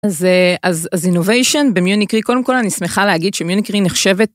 אז אינוביישן במיוניקרי, קודם כל אני שמחה להגיד שמיוניקרי נחשבת